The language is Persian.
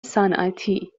صنعتی